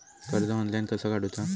कर्ज ऑनलाइन कसा काडूचा?